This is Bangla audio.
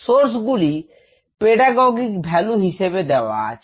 সোর্স গুলি pedagogic ভ্যালু হিসেবে দেওয়া আছে